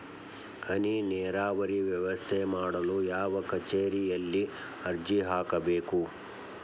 ಹನಿ ನೇರಾವರಿ ವ್ಯವಸ್ಥೆ ಮಾಡಲು ಯಾವ ಕಚೇರಿಯಲ್ಲಿ ಅರ್ಜಿ ಹಾಕಬೇಕು?